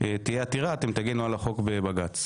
שתהיה עתירה, אתם תגנו על החוק בבג"צ.